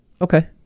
Okay